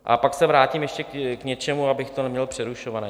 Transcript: A pak se vrátím ještě k něčemu, abych to neměl přerušované.